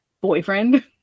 boyfriend